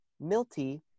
Milty